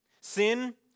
Sin